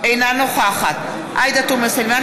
אינה נוכחת עאידה תומא סלימאן,